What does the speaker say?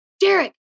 Derek